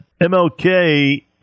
MLK